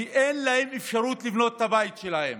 כי אין להם אפשרות לבנות את הבית שלהם.